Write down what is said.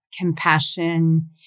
compassion